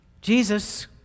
Jesus